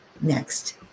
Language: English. next